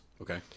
Okay